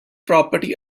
property